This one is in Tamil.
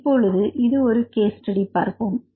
இப்பொழுது ஒரு கேஸ் பார்ப்போம்